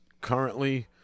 currently